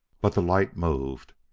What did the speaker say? but the light moved,